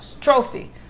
trophy